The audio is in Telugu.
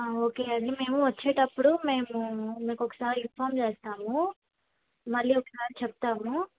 ఓకే అండి మేము వచ్చేటప్పుడు మేము మీకు ఒకసారి ఇన్ఫామ్ చేస్తాము మళ్ళీ ఒకసారి చెప్తాము